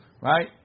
Right